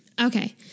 okay